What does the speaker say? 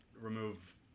remove